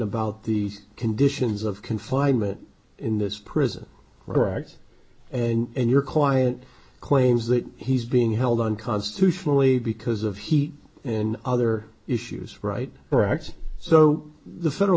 about the conditions of confinement in this prison rags and your client claims that he's being held unconstitutionally because of heat and other issues right rox so the federal